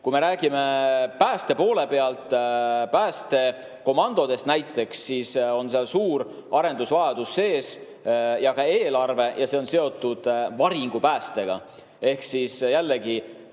Kui me räägime pääste poole pealt, päästekomandodest näiteks, siis seal on sees suur arendusvajadus ja on ka eelarve, mis on seotud varingupäästega. Jällegi,